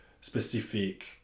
specific